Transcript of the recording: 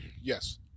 yes